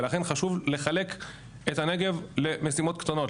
לכן חשוב לחלק את הנגב למשימות קטנות.